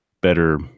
better